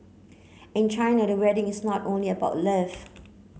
in China the wedding is not only about love